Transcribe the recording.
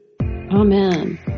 Amen